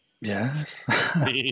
Yes